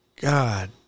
God